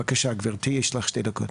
בבקשה גברתי, יש לך שתי דקות.